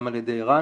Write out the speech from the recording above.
גם על ידי ערן,